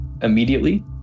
immediately